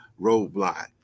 roadblock